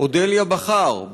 ואודליה בכר,